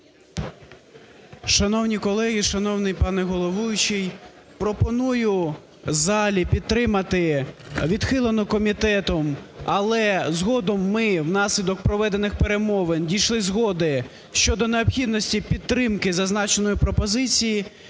Шановні колеги, шановний пане головуючий. Пропоную в залі підтримати відхилену комітетом, але згодом ми внаслідок проведених перемовин дійшли згоди щодо необхідності підтримки зазначеної пропозиції,